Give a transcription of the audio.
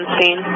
scene